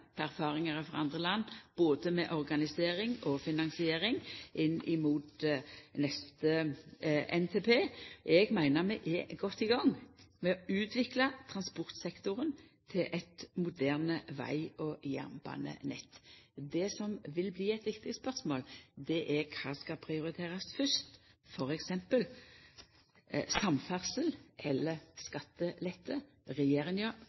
erfaringar frå andre land både med organisering og finansiering inn mot neste NTP. Eg meiner at vi er godt i gang med å utvikla transportsektoren til eit moderne veg- og jernbanenett. Det som vil bli eit viktig spørsmål, er kva som skal prioriterast fyrst – f.eks. samferdsel eller skattelette? Regjeringa